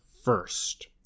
First